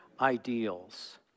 ideals